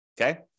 Okay